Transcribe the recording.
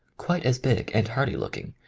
quite as big and hearty-looking.